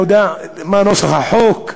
לא יודע מה נוסח החוק.